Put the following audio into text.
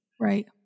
Right